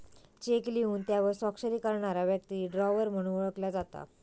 check लिहून त्यावर स्वाक्षरी करणारा व्यक्ती ड्रॉवर म्हणून ओळखलो जाता